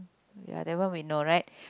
ya that one we know right